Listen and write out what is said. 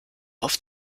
auf